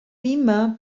beamer